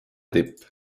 tipp